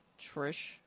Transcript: Trish